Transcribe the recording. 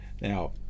Now